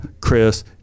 Chris